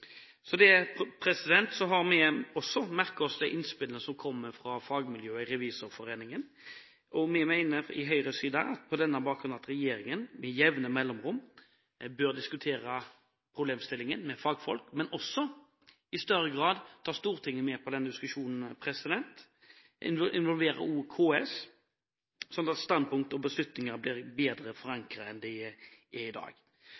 så enkelt. Det er rett og slett beinharde politiske prioriteringer som avgjør om man får midler til det man ønsker, ikke hvilke regnskapsmodeller man bruker. Vi har også merket oss de innspillene som kommer fra fagmiljøet Revisorforeningen. Vi mener fra Høyres side på denne bakgrunn at regjeringen med jevne mellomrom bør diskutere problemstillingen med fagfolk, men også i større grad ta Stortinget med på den diskusjonen. En bør også involvere KS, sånn at standpunkt